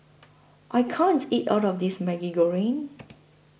I can't eat All of This Maggi Goreng